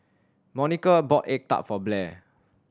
Monica bought egg tart for Blair